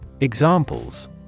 Examples